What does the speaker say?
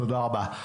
תודה רבה.